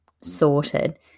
sorted